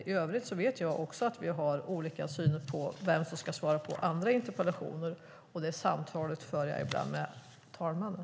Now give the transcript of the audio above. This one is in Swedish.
I övrigt vet jag också att vi har olika syn på vem som ska svara på andra interpellationer, och samtal om det för jag ibland med talmannen.